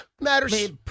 Matters